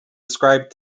ascribed